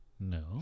No